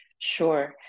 Sure